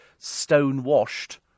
stonewashed